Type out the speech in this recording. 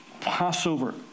Passover